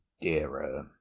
dearer